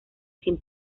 sin